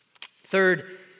Third